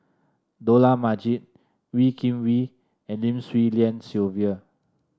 Dollah Majid Wee Kim Wee and Lim Swee Lian Sylvia